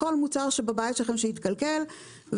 נתקן כל מוצר שיתקלקל בבית שלכם,